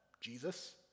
Jesus